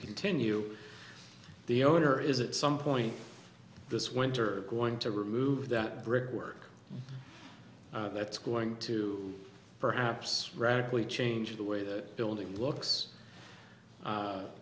continue the owner is at some point this winter going to remove that brick work that's going to perhaps radically change the way the building looks